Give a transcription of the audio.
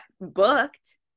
booked